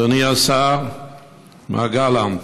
אדוני השר מר גלנט,